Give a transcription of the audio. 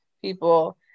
people